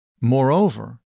Moreover